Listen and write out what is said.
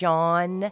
John